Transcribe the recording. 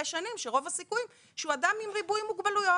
שנים שרוב הסיכויים שהוא אדם עם ריבוי מוגבלויות.